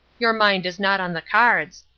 your mind is not on the cards.